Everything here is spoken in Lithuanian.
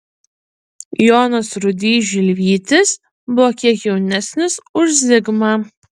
jonas rudys žilvytis buvo kiek jaunesnis už zigmą